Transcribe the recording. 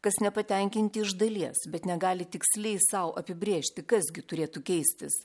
kas nepatenkinti iš dalies bet negali tiksliai sau apibrėžti kas gi turėtų keistis